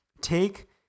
take